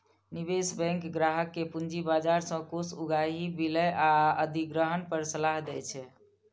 निवेश बैंक ग्राहक कें पूंजी बाजार सं कोष उगाही, विलय आ अधिग्रहण पर सलाह दै छै